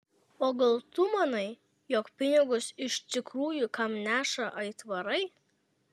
o gal tu manai jog pinigus iš tikrųjų kam neša aitvarai